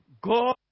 God